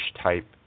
type